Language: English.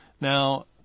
Now